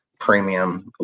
premium